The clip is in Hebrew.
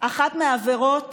אחת מהפרות